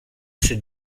ces